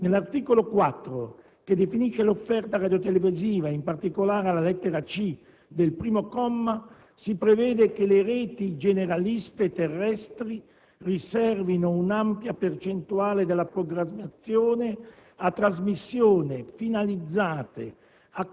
Nell'articolo 4, che definisce l'offerta radiotelevisiva e in particolare alla lettera *c)* del primo comma, si prevede che le reti generaliste terrestri riservino un'ampia percentuale della programmazione a «trasmissioni finalizzate